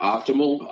Optimal